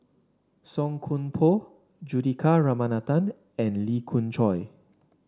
Song Koon Poh Juthika Ramanathan and Lee Khoon Choy